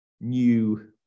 new